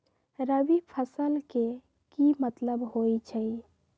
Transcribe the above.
रबी फसल के की मतलब होई छई?